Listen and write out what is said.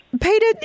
Peter